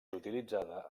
utilitzada